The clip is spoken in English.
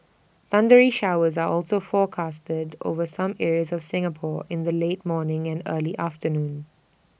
thundery showers are also forecast IT over some areas of Singapore in the late morning and early afternoon